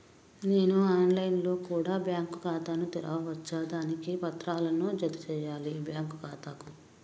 నేను online లో కూడా బ్యాంకు ఖాతా ను తెరవ వచ్చా? దానికి ఏ పత్రాలను జత చేయాలి బ్యాంకు ఖాతాకు?